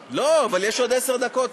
לא, אבל יש עוד עשר דקות.